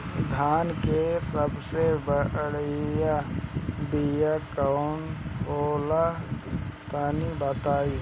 धान के सबसे बढ़िया बिया कौन हो ला तनि बाताई?